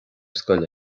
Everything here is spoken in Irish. scoil